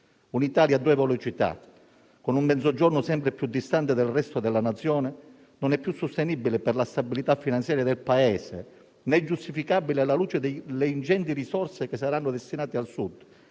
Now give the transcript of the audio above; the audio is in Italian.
Un'Italia a due velocità, con un Mezzogiorno sempre più distante dal resto della Nazione, non è più sostenibile per la stabilità finanziaria del Paese, né giustificabile alla luce delle ingenti risorse che saranno destinate al Sud